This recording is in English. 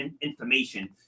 information